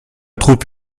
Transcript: troupe